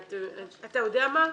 אתה יודע מה?